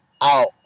out